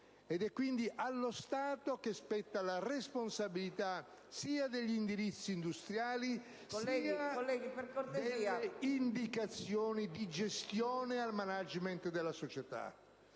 ed è quindi a quest'ultimo che spetta la responsabilità sia degli indirizzi industriali sia delle indicazioni di gestione al *management* della società.